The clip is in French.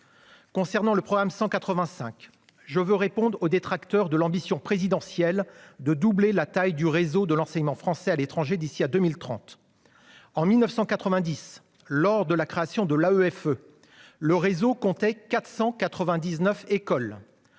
et d'influence », je répondrai aux détracteurs de l'ambition présidentielle de doubler la taille du réseau de l'enseignement français à l'étranger d'ici à 2030. En 1990, lors de la création de l'AEFE, le réseau comptait 499 écoles.